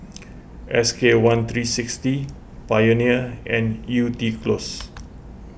S K one three sixty Pioneer and Yew Tee Close